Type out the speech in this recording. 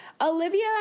Olivia